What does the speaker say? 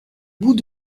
bout